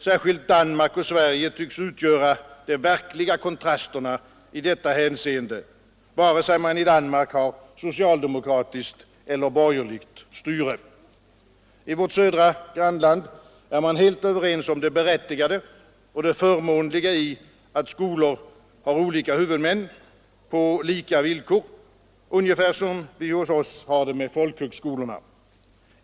Särskilt Danmark och Sverige tycks utgöra de verkliga kontrasterna i detta hänseende, vare sig man i Danmark har socialdemokratiskt eller borgerligt styre. I vårt södra grannland är man helt överens om det berättigade och det förmånliga i att skolor har olika huvudmän på lika villkor, ungefär som vi hos oss har det med folkhögskolorna.